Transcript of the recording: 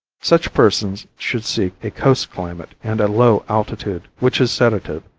such persons should seek a coast climate and a low altitude, which is sedative,